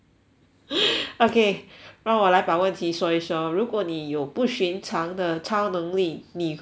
okay 让我来把问题说一说如果你有不寻常的超能力你会是什么